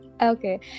okay